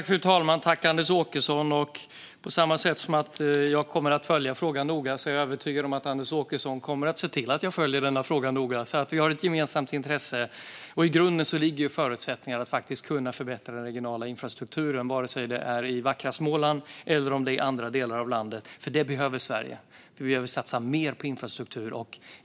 Fru talman! Jag tackar Anders Åkesson. Jag kommer att följa frågan noga. På samma sätt är jag övertygad om att Anders Åkesson kommer att se till att jag följer denna fråga noga. Vi har ett gemensamt intresse. I grunden ligger förutsättningarna för att faktiskt kunna förbättra den regionala infrastrukturen, oavsett om det är i vackra Småland eller om det är i andra delar av landet. Sverige behöver nämligen det. Vi behöver satsa mer på infrastruktur.